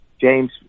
James